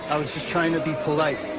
i was just trying to be polite.